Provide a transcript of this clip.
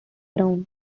browns